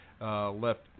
Left